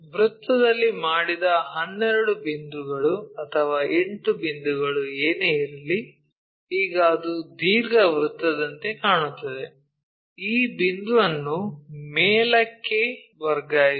ವೃತ್ತದಲ್ಲಿ ಮಾಡಿದ 12 ಬಿಂದುಗಳು ಅಥವಾ 8 ಬಿಂದುಗಳು ಏನೇ ಇರಲಿ ಈಗ ಅದು ದೀರ್ಘವೃತ್ತದಂತೆ ಕಾಣುತ್ತದೆ ಈ ಬಿಂದುಗಳನ್ನು ಮೇಲಕ್ಕೆ ವರ್ಗಾಯಿಸಿ